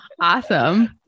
Awesome